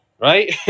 right